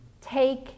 take